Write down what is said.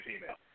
female